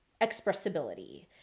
expressibility